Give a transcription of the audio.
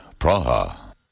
Praha